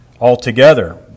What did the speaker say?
altogether